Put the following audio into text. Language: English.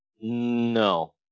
No